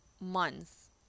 months